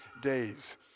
days